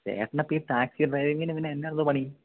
ചേട്ടനപ്പോള് ഈ ടാക്സി ഡ്രൈവിങ്ങിനു മുന്നേ എന്തായിരുന്നു പണി